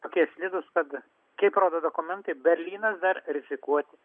tokie slidūs kad kaip rodo dokumentai berlynas dar rizikuoti